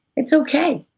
it's okay,